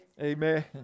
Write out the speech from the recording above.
Amen